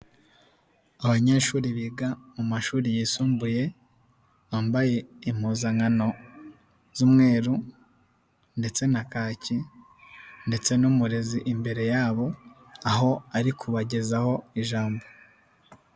Abanyeshuri biga mu mashuri yisumbuye, bambaye impuzankano z'umweru ndetse na kaki ndetse n'umurezi imbere yabo, aho ari kubagezaho ijambo.